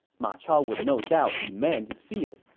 ma chao would no doubt demand to see it.